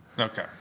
Okay